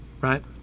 right